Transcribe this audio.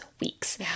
weeks